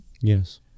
Yes